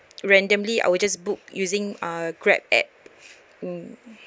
randomly I will just book using uh grab app mm